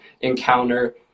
encounter